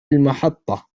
المحطة